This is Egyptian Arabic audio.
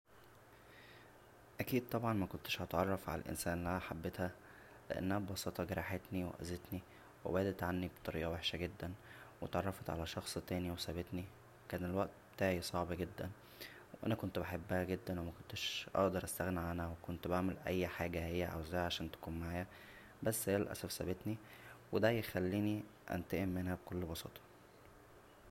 اكيد طبعا مكنتش هتعرف على الانسانه اللى انا حبيتها لانها ببساطه جرحتنى و اذتنى و بعدت عنى بطريقة وحشة جدا و اتعرفت على شخص تانى و سابتنى كان الوقت بتاعى صعب جدا و انا كنت بحبها جدا ومكنتش اقدر استغنى عنها و كنت بعمل اى حاجه هى عاوزاها عشان تكون معايا بس للاسف سابتنى و دا يخلينى انتقم منها بكل بساطه